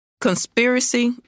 Conspiracy